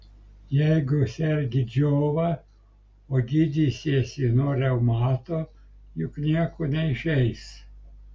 jeigu sergi džiova o gydysiesi nuo reumato juk nieko neišeis